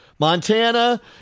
Montana